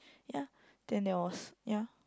ya then there was ya